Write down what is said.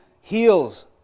heals